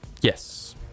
Yes